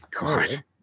god